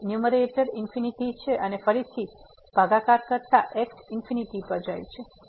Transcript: તેથી ન્યુમેરેટર ∞ છે અને ફરીથી ભાગાકાર કરતા x પર જાય છે